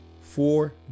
four